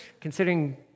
considering